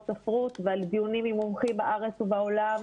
ספרות ועל דיונים עם מומחים בארץ ובעולם.